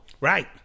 Right